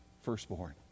firstborn